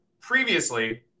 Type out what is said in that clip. previously